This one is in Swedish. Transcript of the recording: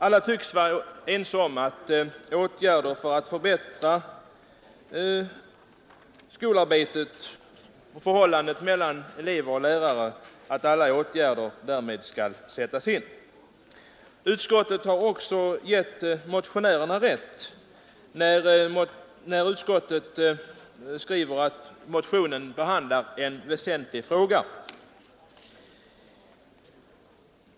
Alla tycks vara ense om att förbättra skolarbetet och förhållandet mellan elever och lärare samt om att alla behövliga åtgärder därför bör sättas in. Utskottet har också gett motionärerna rätt när utskottet skriver att motionen behandlar en väsentlig fråga.